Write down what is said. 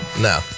No